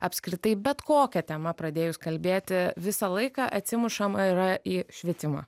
apskritai bet kokia tema pradėjus kalbėti visą laiką atsimušama yra į švietimą